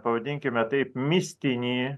pavadinkime taip mistinį